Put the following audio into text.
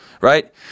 right